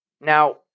now